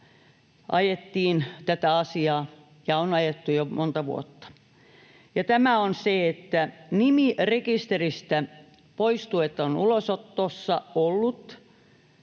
ajettiin tätä asiaa, ja on ajettu jo monta vuotta. Tämä on se, että nimi poistuu rekisteristä, että on ollut